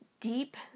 deep